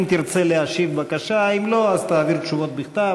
אם תרצה להשיב, בבקשה, אם לא, תעביר תשובות בכתב.